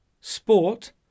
sport